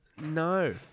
No